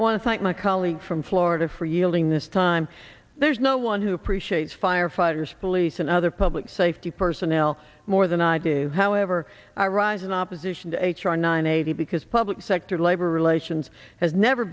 thank my colleague from florida for yielding this time there's no one who appreciates firefighters police and other public safety personnel more than i do however i rise in opposition to h r nine eighty because public sector labor relations has never